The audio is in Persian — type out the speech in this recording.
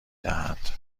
دهد